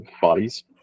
bodies